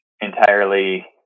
entirely